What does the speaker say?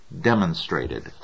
demonstrated